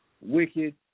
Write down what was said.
wicked